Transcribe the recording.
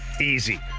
easy